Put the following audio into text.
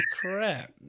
crap